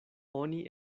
oni